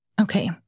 Okay